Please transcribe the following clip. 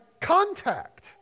contact